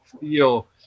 feel